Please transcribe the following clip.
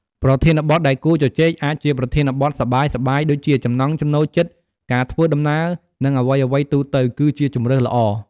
ប្រធានបទដែលគួរជជែក អាចជាប្រធានបទសប្បាយៗ ដូចជា ចំណង់ចំណូលចិត្ត ការធ្វើដំណើរ និងអ្វីៗទូទៅ គឺជាជម្រើសល្អ។